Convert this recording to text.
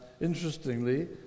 Interestingly